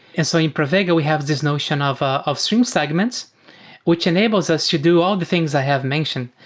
and so in pravega, we have this notion of of stream segments which enables us to do all the things i have mentioned.